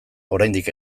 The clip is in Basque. oraindik